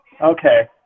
Okay